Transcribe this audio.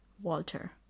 Walter